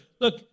Look